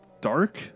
dark